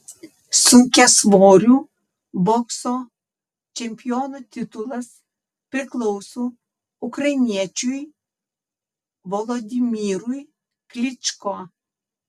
sunkiasvorių bokso čempiono titulas priklauso ukrainiečiui volodymyrui klyčko